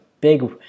big